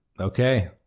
Okay